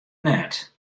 net